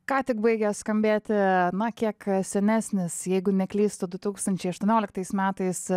ką tik baigė skambėti na kiek senesnis jeigu neklystu du tūkstančiai aštuonioliktais metais